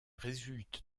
résulte